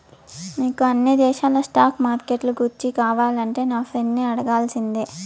నీకు అన్ని దేశాల స్టాక్ మార్కెట్లు గూర్చి కావాలంటే నా ఫ్రెండును అడగాల్సిందే